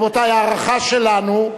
רבותי, ההערכה שלנו,